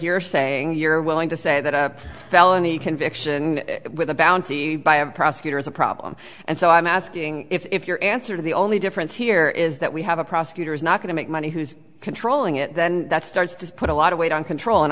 you're saying you're willing to say that a felony conviction with a bounty by a prosecutor is a problem and so i'm asking if your answer to the only difference here is that we have a prosecutor is not going to make money who's controlling it then that starts to put a lot of weight on control and